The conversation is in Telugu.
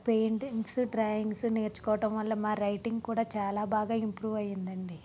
పెయింటింగ్స్ డ్రాయింగ్స్ నేర్చుకోవటం వల్ల మా రైటింగ్ కూడా చాలా బాగా ఇంప్రూవ్ అయ్యిందండి